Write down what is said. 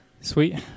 Sweet